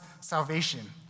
salvation